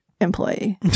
employee